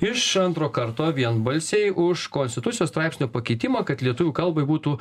iš antro karto vienbalsiai už konstitucijos straipsnio pakeitimą kad lietuvių kalbai būtų